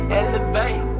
elevate